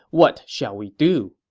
what shall we do?